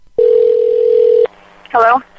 Hello